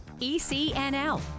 ECNL